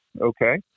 Okay